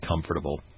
comfortable